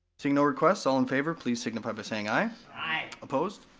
seeing no requests, all in favor, please signify by saying aye. aye. opposed?